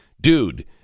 dude